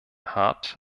hart